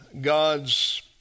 God's